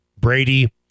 Brady